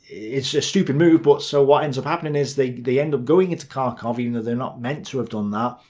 it's a stupid move. but so what ends up happening is they they end up going into kharkov, even though they're not meant to have done that,